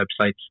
websites